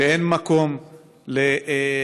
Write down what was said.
שאין מקום לתת,